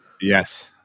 Yes